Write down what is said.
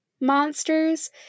monsters